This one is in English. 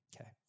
Okay